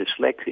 dyslexia